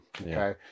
okay